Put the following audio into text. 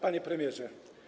Panie Premierze!